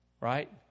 right